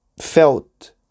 felt